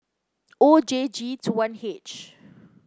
O J G two one H